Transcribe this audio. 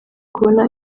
kubona